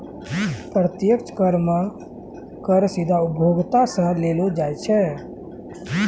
प्रत्यक्ष कर मे कर सीधा उपभोक्ता सं लेलो जाय छै